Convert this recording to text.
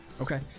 okay